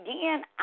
Again